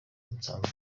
nsanzwe